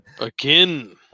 Again